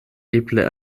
eble